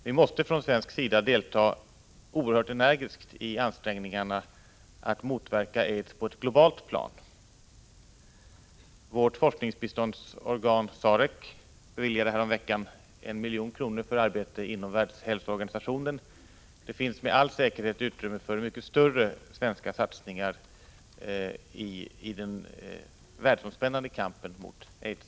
Vi måste från svensk sida delta oerhört energiskt i ansträngningarna att motverka aids på ett globalt plan. Vårt forskningsbiståndsorgan SAREC beviljade häromveckan 1 milj.kr. för arbete inom Världshälsoorganisationen. Det finns med all säkerhet utrymme för mycket större svenska satsningar i den världsomspännande kampen mot aids.